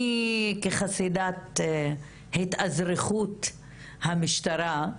אני כחסידת "התאזרחות" המשטרה,